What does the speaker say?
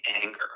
anger